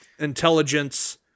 Intelligence